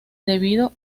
debido